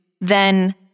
then-